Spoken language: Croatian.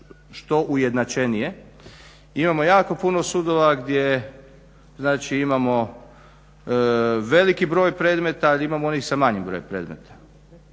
što ujednačenije. Imamo jako puno sudova gdje znači imamo veliki broj predmeta, a imamo i one sa manjim brojem predmeta.